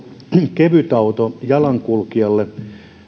kevytauto jalankulkijalle